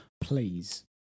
Please